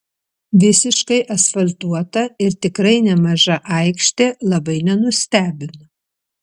visiškai asfaltuota ir tikrai nemaža aikštė labai nenustebino